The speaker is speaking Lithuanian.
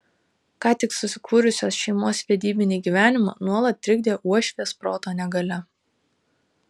ką tik susikūrusios šeimos vedybinį gyvenimą nuolat trikdė uošvės proto negalia